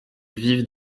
vivent